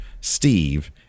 Steve